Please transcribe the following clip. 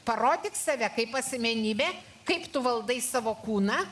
parodyk save kaip asmenybė kaip tu valdai savo kūną